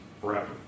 forever